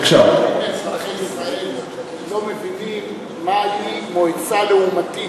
רבים מאזרחי ישראל לא מבינים מהי מועצה לעומתית,